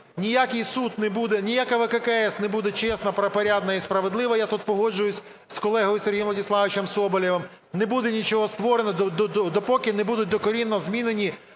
Ніякий суд не буде, ніяка ВККС не буде чесна, порядна і справедлива, я тут погоджуюся з колегою Сергієм Владиславовичем Соболєвим, не буде нічого створено, допоки не буде докорінно змінена